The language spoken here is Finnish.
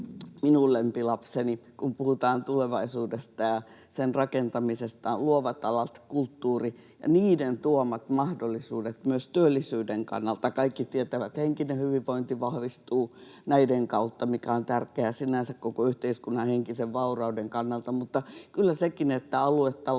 minun lempilapseni, kun puhutaan tulevaisuudesta ja sen rakentamisesta: luovat alat, kulttuuri ja niiden tuomat mahdollisuudet myös työllisyyden kannalta. Kaikki tietävät, että henkinen hyvinvointi vahvistuu näiden kautta, mikä on sinänsä tärkeää koko yhteiskunnan henkisen vaurauden kannalta, mutta kyllä sekin, että aluetaloudet